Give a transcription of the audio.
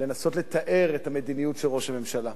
לנסות לתאר את המדיניות של ראש הממשלה.